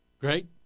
Great